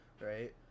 right